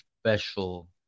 special